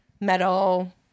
metal